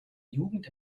jugend